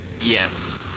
Yes